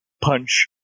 punch